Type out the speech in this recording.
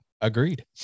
Agreed